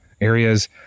areas